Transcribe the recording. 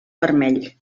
vermell